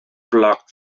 blocked